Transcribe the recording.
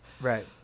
Right